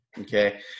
Okay